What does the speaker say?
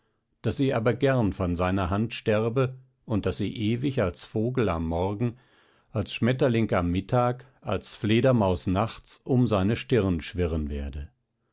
daß sie aber gern von seiner hand sterbe und daß sie ewig als vogel am morgen als schmetterling am mittag als fledermaus nachts um seine stirn schwirren werde